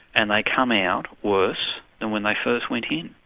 and they come out worse than when they first went in.